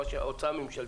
בהוצאה ממשלתית,